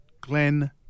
Glenn